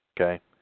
Okay